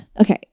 Okay